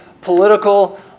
political